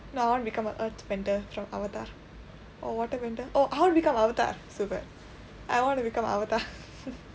no I want to become a earth bender from avatar or water bender oh I want to become avatar so bad I want to become avatar